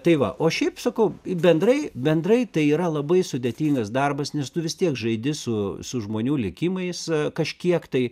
tai va o šiaip sakau bendrai bendrai tai yra labai sudėtingas darbas nes tu vis tiek žaidi su su žmonių likimais kažkiek tai